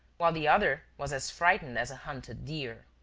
while the other was as frightened as a hunted deer.